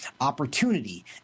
opportunity